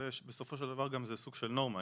בסופו של דבר זה סוג של נורמה,